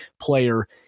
player